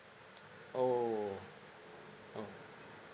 oh oh